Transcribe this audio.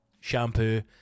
Shampoo